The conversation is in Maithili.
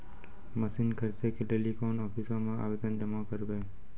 मसीन खरीदै के लेली कोन आफिसों मे आवेदन जमा करवै?